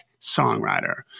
songwriter